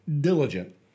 diligent